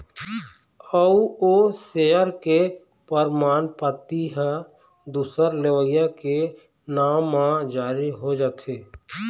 अउ ओ सेयर के परमान पाती ह दूसर लेवइया के नांव म जारी हो जाथे